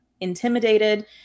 intimidated